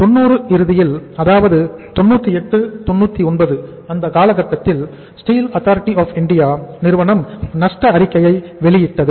90 இறுதியில் அதாவது 98 99அந்த காலகட்டத்தில் ஸ்டீல் அத்தாரிட்டி ஆப் இந்தியா நிறுவனம் நஷ்ட அறிக்கையை வெளியிடப்பட்டது